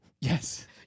Yes